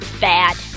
bad